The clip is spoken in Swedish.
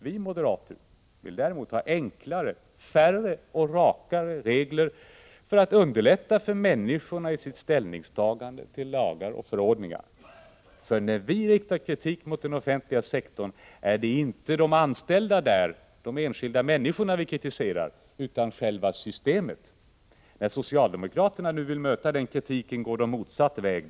Vi moderater vill däremot ha enklare, färre och rakare regler för att underlätta för människorna när det gäller att ta ställning till lagar och förordningar, för när vi riktar kritik mot den offentliga sektorn är det inte de anställda där, de enskilda människorna, vi kritiserar utan själva systemet. När socialdemokraterna nu vill möta den kritiken går de motsatt väg.